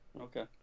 Okay